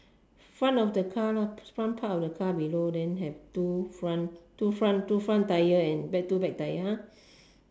front of the car lah front part of the car below then have two front two front two front tire and back two back tire !huh!